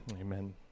Amen